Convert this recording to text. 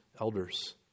elders